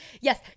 yes